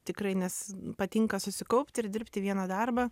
tikrai nes patinka susikaupti ir dirbti vieną darbą